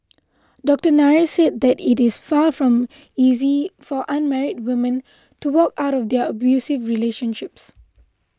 Doctor Nair said that it is far from easy for unmarried women to walk out of their abusive relationships